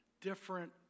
different